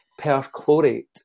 perchlorate